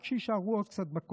רק שיישארו עוד קצת בקואליציה,